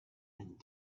and